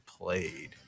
played